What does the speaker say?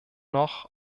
noch